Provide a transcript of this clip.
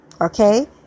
Okay